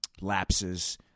lapses